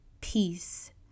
peace